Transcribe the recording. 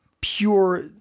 pure